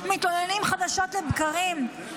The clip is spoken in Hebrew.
מתלוננים חדשות לבקרים,